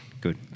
Good